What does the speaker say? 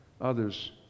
others